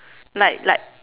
like like